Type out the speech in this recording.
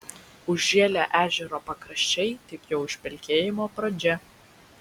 užžėlę ežero pakraščiai tik jo užpelkėjimo pradžia